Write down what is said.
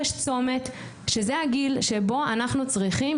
יש צומת שזה הגיל שבו אנחנו צריכים,